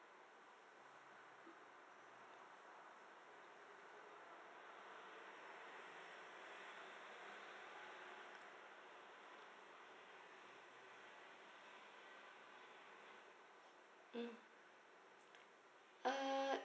mm uh